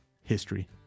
history